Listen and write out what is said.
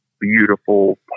beautiful